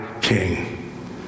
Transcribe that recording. king